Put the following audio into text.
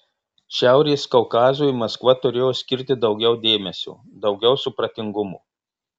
šiaurės kaukazui maskva turėtų skirti daugiau dėmesio daugiau supratingumo